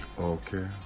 Okay